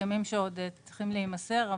הסכמים שעוד צריכים להימסר,